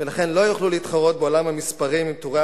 ולכן לא יוכלו להתחרות בעולם המספרים עם טורי